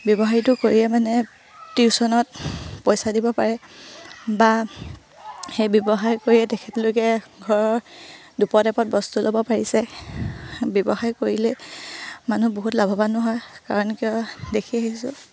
ব্যৱসায়টো কৰিয়ে মানে টিউশ্যনত পইচা দিব পাৰে বা সেই ব্যৱসায় কৰিয়ে তেখেতলোকে ঘৰৰ দুপদ এপদ বস্তু ল'ব পাৰিছে ব্যৱসায় কৰিলেই মানুহ বহুত লাভৱানো হয় কাৰণ কিয় দেখি আহিছোঁ